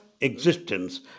existence